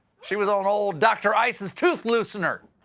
she was on old dr. isis toothlooseiner.